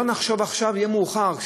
אם לא נחשוב עכשיו יהיה מאוחר.